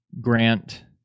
Grant